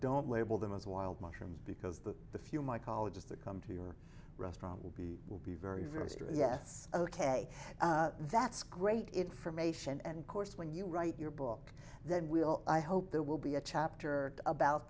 don't label them as wild mushrooms because that the few mycologist that come to your restaurant will be will be very very yes ok that's great information and course when you write your book then we all i hope there will be a chapter about